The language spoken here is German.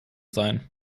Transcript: sein